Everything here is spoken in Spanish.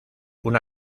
una